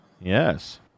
Yes